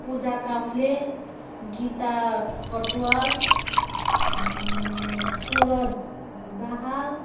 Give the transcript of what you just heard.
Puja Kafle Gita Katuwal Suraj Dahal